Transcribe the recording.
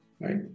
right